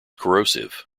corrosive